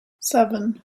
seven